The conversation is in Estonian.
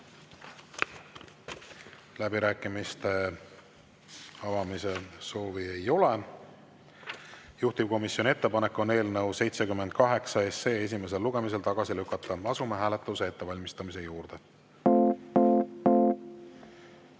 Läbirääkimiste soovi ei ole. Juhtivkomisjoni ettepanek on eelnõu 73 esimesel lugemisel tagasi lükata. Asume hääletamise ettevalmistamise juurde.